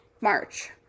March